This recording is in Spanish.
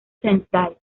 central